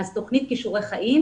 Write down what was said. תוכנית כישורי חיים